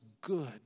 good